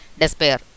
despair